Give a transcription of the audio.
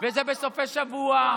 וזה בסופי שבוע.